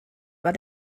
war